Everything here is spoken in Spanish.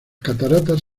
cataratas